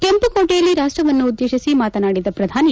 ಕೆಂಪುಕೋಟೆಯಲ್ಲಿ ರಾಷ್ವವನ್ನುದ್ದೇಶಿಸಿ ಮಾತನಾಡಿದ ಪ್ರಧಾನಿ